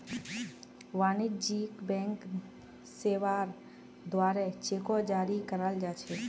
वाणिज्यिक बैंक सेवार द्वारे चेको जारी कराल जा छेक